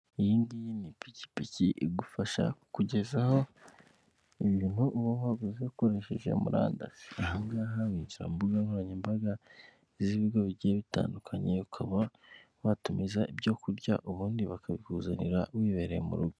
Iyingiyi ni ipikipiki igufasha kugezaho ibintu uba waguze ukoresheje murandasi, ahangaha winjira ku mbuga nkoranyambaga z'ibigo bigiye bitandukanye ukaba watumiza ibyo kurya ubundi bakabikuzanira wibereye mu rugo.